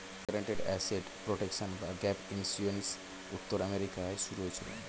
guaranteed asset protection বা gap insurance উত্তর আমেরিকায় শুরু হয়েছিল